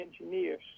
engineers